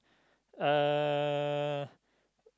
uh